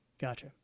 Gotcha